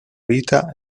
vita